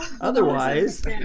Otherwise